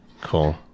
Cool